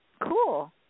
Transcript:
cool